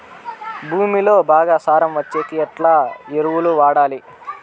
భూమిలో బాగా సారం వచ్చేకి ఎట్లా ఎరువులు వాడాలి?